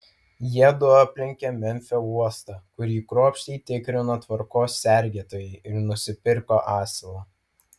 jiedu aplenkė memfio uostą kurį kruopščiai tikrino tvarkos sergėtojai ir nusipirko asilą